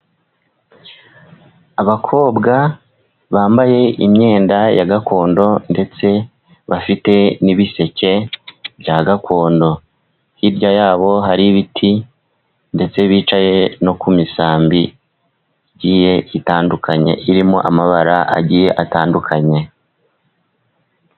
Abakobwa bambaye imyenda ya gakondo ndetse bafite n'ibiseke bya gakondo, hirya yabo hari ibiti ndetse bicaye no ku misambi igiye itandukanye, irimo amabara agiye atandukanye.